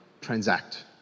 transact